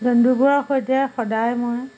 জন্তুবোৰৰ সৈতে সদায় মই